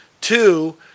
Two